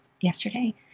yesterday